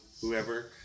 whoever